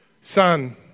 Son